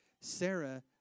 Sarah